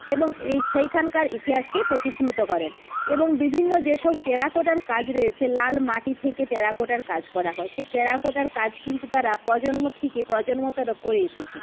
এবং এই সেইখানকার ইতিহাসকে প্রতিফলিত করেন এবং বিভিন্ন যেসব টেরাকোটার কাজ রয়েছে লাল মাটি থেকে টেরাকোটার কাজ করা হয় সে টেরাকোটার কাজ কিন্তু তারা প্রজন্ম থেকে প্রজন্মতর করে এসেছে